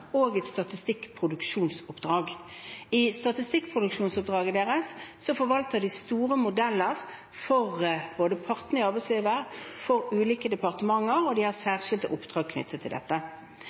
og et statistikkproduksjonsoppdrag. I statistikkproduksjonsoppdraget deres forvalter de store modeller for både partene i arbeidslivet og ulike departementer, og de har særskilte oppdrag knyttet til dette.